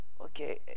okay